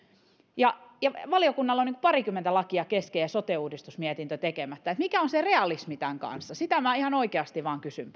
kun valiokunnalla on parikymmentä lakia kesken ja sote uudistusmietintö tekemättä eli mikä on se realismi tämän kanssa sen perään minä ihan oikeasti vain kysyn